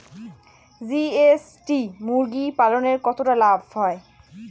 GST মুরগি পালনে কতটা লাভ হয়?